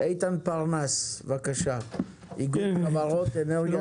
איתן פרנס, בבקשה, איגוד חברות אנרגיה מתחדשת.